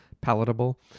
palatable